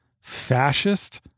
fascist